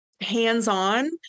hands-on